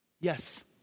Yes